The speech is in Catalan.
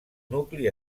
nucli